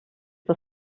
das